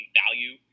value